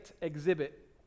exhibit